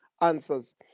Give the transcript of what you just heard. answers